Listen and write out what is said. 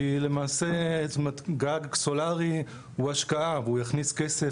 כי גג סולרי הוא למעשה השקעה והוא יכניס כסף,